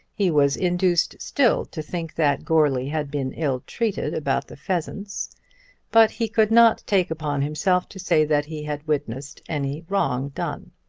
he was induced still to think that goarly had been ill-treated about the pheasants but he could not take upon himself to say that he had witnessed any wrong done.